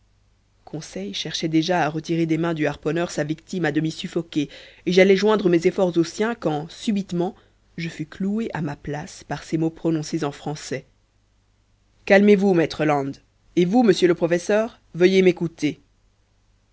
conseil cherchait déjà à retirer des mains du harponneur sa victime à demi suffoquée et j'allais joindre mes efforts aux siens quand subitement je fus cloué à ma place par ces mots prononcés en français calmez-vous maître land et vous monsieur le professeur veuillez m'écouter